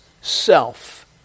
self